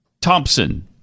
Thompson